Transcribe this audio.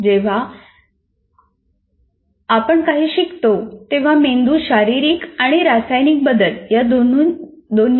जेव्हा आपण काही शिकतो तेव्हा मेंदू शारीरिक आणि रासायनिक बदल या दोन्हीमधून जातो